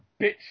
bitch